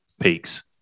peaks